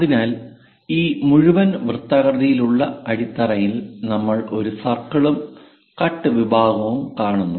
അതിനാൽ ഈ മുഴുവൻ വൃത്താകൃതിയിലുള്ള അടിതറയിൽ നമ്മൾ ഒരു സർക്കിളും കട്ട് വിഭാഗവും കാണുന്നു